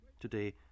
Today